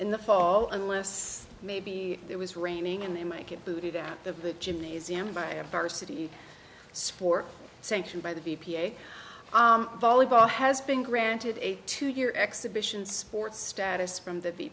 in the fall unless maybe it was raining and they might get booted out of the gymnasium by a varsity sport sanctioned by the b p a volleyball has been granted a two year exhibition sports status from the